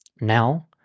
Now